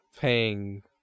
paying